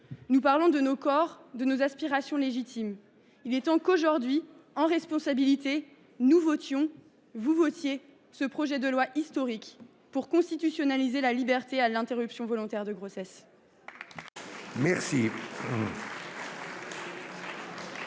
Nous parlons de nos corps, de nos aspirations légitimes. Il est temps aujourd’hui que, en responsabilité, nous votions – que vous votiez – ce projet de loi historique afin de constitutionnaliser la liberté de recourir à l’interruption volontaire de grossesse.